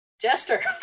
Jester